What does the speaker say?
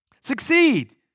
Succeed